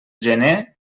gener